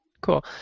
cool